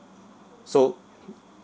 so